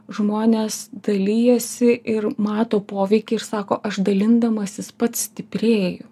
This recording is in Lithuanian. žmonės dalijasi ir mato poveikį ir sako aš dalindamasis pats stiprėju